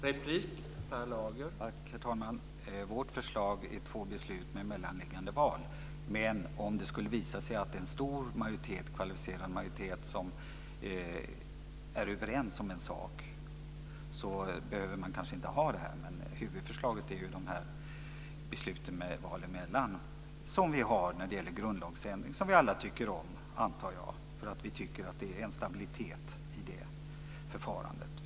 Herr talman! Vårt förslag är två beslut med mellanliggande val. Men om det skulle visa sig att det är en stor kvalificerad majoritet som är överens om en sak är det kanske inte nödvändigt. Huvudförslaget är ju två beslut med val emellan, som vi har när det gäller grundlagsändringar och som vi alla tycker om, antar jag, för att vi tycker att det är en stabilitet i det förfarandet.